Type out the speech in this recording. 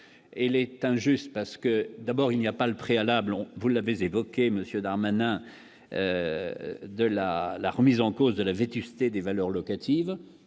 elle est injuste parce que d'abord il n'y a pas le préalable, on vous l'avez évoqué monsieur Darmanin de la la remise en cause de la vétusté des valeurs locatives,